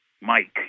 Mike